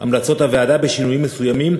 המלצות הוועדה בשינויים מסוימים,